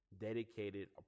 dedicated